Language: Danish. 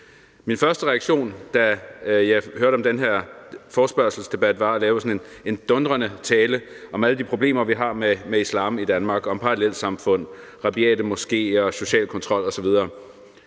Min første reaktion, da jeg hørte om den her forespørgselsdebat, var, at jeg ville holde en dundrende tale om alle de problemer, vi har med islam i Danmark, og om parallelsamfund, rabiate moskeer, social kontrol osv.,